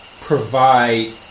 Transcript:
provide